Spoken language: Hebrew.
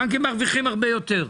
הבנקים מרוויחים הרבה יותר.